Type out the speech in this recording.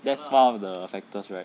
that's one of the factors right